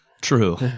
True